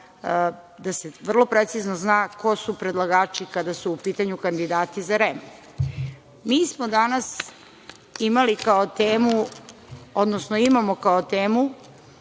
gde se vrlo precizno zna ko su predlagači kada su u pitanju kandidati za REM.Mi smo danas imali kao temu, odnosno imamo kao temu